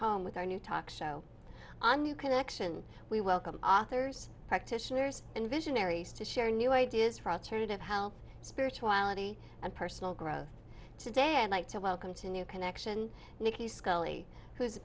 home with our new talk show a new connection we welcome authors practitioners and visionaries to share new ideas for turning to help spirituality and personal growth today i'd like to welcome to new connection nikki scully who's